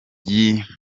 binyamakuru